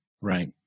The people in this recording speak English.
Right